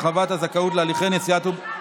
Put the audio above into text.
הרחבת הזכאות להליכי נשיאת עוברים,